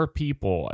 people